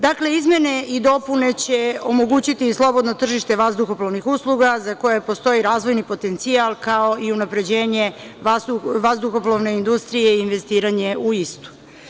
Dakle, izmene i dopune će omogućiti slobodno tržište vazduhoplovnih usluga za koje postoji razvojni potencijal, kao i unapređenje vazduhoplovne industrije i investiranje u istu.